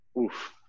Oof